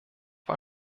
war